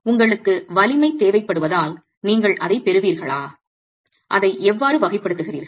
உங்களுக்கு வலிமை தேவைப்படுவதால் நீங்கள் அதைப் பெறுவீர்களா அதை எவ்வாறு வகைப்படுத்துகிறீர்கள்